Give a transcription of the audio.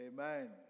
Amen